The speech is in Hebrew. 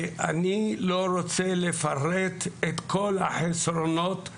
אני לא רוצה לפרט את כל החסרונות,